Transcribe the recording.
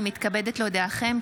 אני מתכבדת להודיעכם,